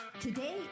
Today